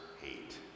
hate